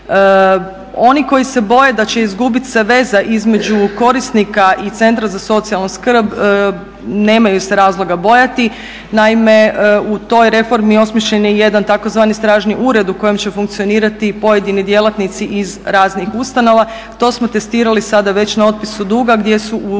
Oni koji se boje da će izgubiti se veza između korisnika i Centra za socijalnu skrb nemaju se razloga bojati. Naime u toj reformi osmišljen je i jedan tzv. stražnji ured u kojem će funkcionirati pojedini djelatnici iz raznih ustanova. To smo testirali sada već na otpisu duga gdje su